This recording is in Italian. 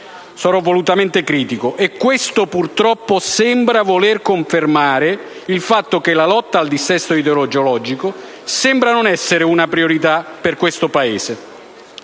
Sono volutamente critico. Questo purtroppo sembra voler confermare che la lotta al dissesto idrogeologico non sia una priorità per questo Paese,